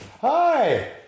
Hi